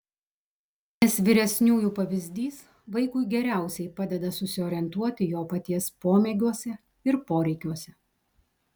nes vyresniųjų pavyzdys vaikui geriausiai padeda susiorientuoti jo paties pomėgiuose ir poreikiuose